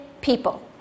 people